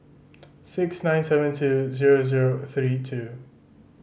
six nine seven two zero zero three two